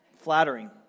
flattering